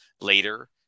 later